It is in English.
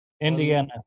Indiana